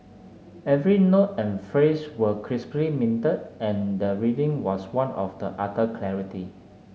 every note and phrase was crisply minted and the reading was one of the utter clarity